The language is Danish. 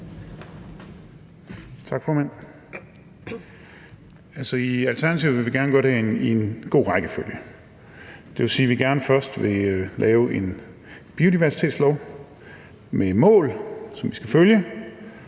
Tak, formand. I Alternativet vil vi gerne gøre tingene i den rigtige rækkefølge. Det vil sige, vi gerne først vil lave en biodiversitetslov med mål, som vi skal følge,